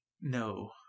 No